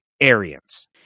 Arians